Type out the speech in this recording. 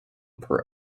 per